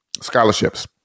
scholarships